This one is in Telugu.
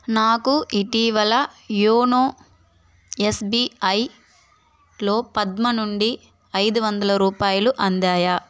నాకు ఇటీవల యోనో ఎస్బీఐలో పద్మ నుండి ఐదువందల రూపాయలు అందాయా